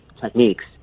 techniques